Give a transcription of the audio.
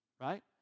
right